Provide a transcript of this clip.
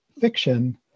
fiction